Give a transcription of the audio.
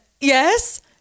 yes